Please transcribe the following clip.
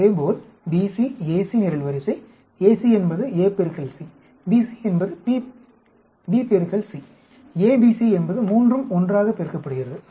அதேபோல் BC AC நிரல்வரிசை AC என்பது A பெருக்கல் C BC என்பது B பெருக்கல் C ABC என்பது மூன்றும் ஒன்றாக பெருக்கப்படுகிறது